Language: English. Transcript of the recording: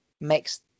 makes